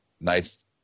nice